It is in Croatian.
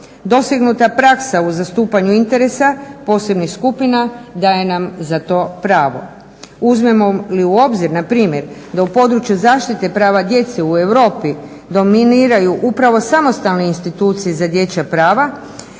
Dosegnuta praksa u zastupanju interesa, posebnih skupina daje nam za to pravo. Uzmemo li u obzir na primjer da u područje zaštite prava djece u Europi dominiraju upravo samostalne institucije za dječja prava